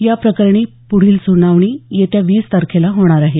या प्रकरणी पुढील सुनावणी येत्या वीस तारखेला होणार आहे